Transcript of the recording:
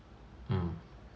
mm